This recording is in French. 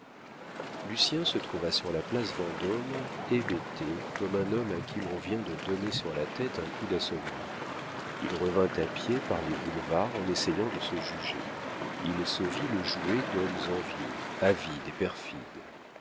lucien se trouva sur la place vendôme hébété comme un homme à qui l'on vient de donner sur la tête un coup d'assommoir il revint à pied par les boulevards en essayant de se juger il se vit le jouet d'hommes envieux avides et perfides